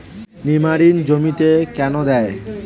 নিমারিন জমিতে কেন দেয়?